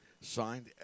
signed